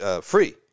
free